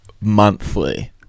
monthly